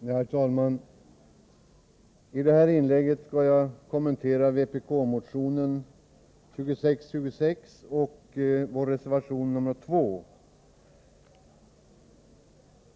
Herr talman! I detta inlägg skall jag kommentera vpk-motionen 2626 och vår reservation 2.